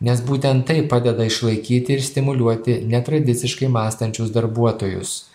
nes būtent tai padeda išlaikyti ir stimuliuoti netradiciškai mąstančius darbuotojus